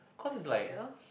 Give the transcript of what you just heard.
like it's here